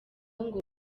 ngo